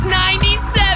97